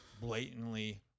blatantly